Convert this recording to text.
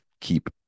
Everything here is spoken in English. keep